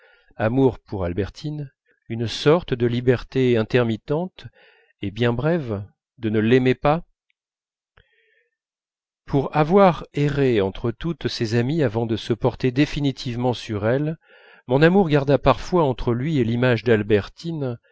amour pour albertine une sorte de liberté intermittente et bien brève de ne l'aimer pas pour avoir erré entre toutes ses amies avant de se porter définitivement sur elle mon amour garda parfois entre lui et l'image d'albertine